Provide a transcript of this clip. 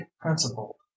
principle